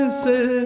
say